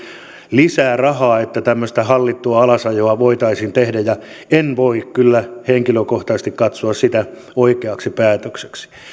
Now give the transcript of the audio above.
lisää rahaa että tämmöistä hallittua alasajoa voitaisiin tehdä ja sitä en voi kyllä henkilökohtaisesti katsoa oikeaksi päätökseksi